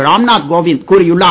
ராம்நாத் கோவிந்த் கூறியுள்ளார்